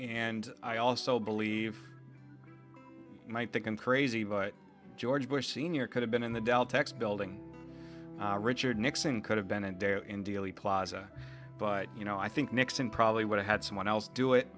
and i also believe might think i'm crazy but george bush sr could have been in the dell techs building richard nixon could have been a day in dealey plaza but you know i think nixon probably would have had someone else do it